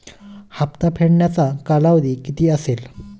हप्ता फेडण्याचा कालावधी किती असेल?